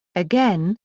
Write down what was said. again,